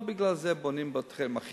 לא בגלל זה בונים בתי-חולים,